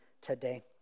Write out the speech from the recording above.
today